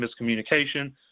miscommunication